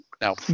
Now